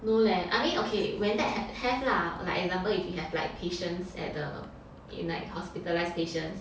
no leh I mean okay when that hap~ have lah like example if we have like patients at the uh hospitalized patients